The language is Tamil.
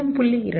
2 0